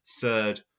third